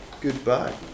Goodbye